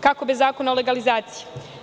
Kako bez zakona o legalizaciji?